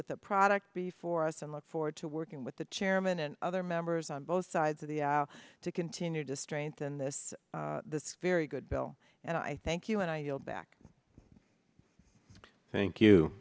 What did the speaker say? with the product before us and look forward to working with the chairman and other members on both sides of the aisle to continue to strengthen this a very good bill and i thank you and i yield back thank you